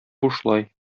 бушлай